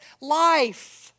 life